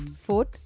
Fourth